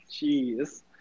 Jeez